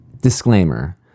Disclaimer